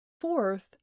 Fourth